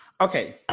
Okay